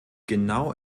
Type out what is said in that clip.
genau